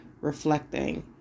reflecting